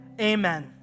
amen